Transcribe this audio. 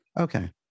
Okay